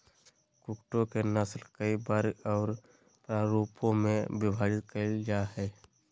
कुक्कुटों के नस्ल कई वर्ग और प्ररूपों में विभाजित कैल जा हइ